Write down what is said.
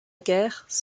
guerre